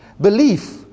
Belief